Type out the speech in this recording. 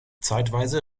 zeitweise